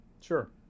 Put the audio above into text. Sure